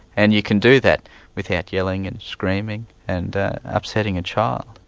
and you can do that without yelling and screaming and upsetting a child.